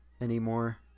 anymore